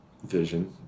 vision